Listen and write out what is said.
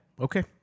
okay